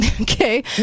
okay